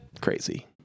crazy